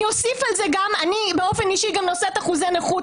אני אוסיף על זה ואומר שאני באופן אישי גם נושאת אחוזי נכות.